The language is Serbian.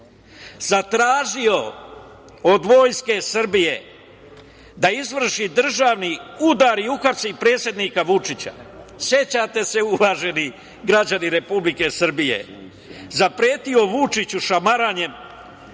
Zatražio od Vojske Srbije da izvrši državni udar i uhapsi predsednika Vučića, sećate se uvaženi građani Republike Srbije? Zapretio Vučiću šamaranjem,